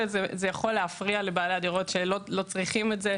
וזה יכול להפריע לבעלי הדירות שלא צריכים את זה,